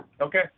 okay